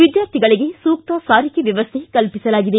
ವಿದ್ಯಾರ್ಥಿಗಳಿಗೆ ಸೂಕ್ತ ಸಾರಿಗೆ ವ್ಹವಸ್ಥೆ ಕಲ್ಪಿಸಲಾಗಿದೆ